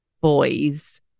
boys